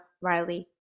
Riley